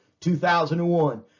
2001